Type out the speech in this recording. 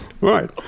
right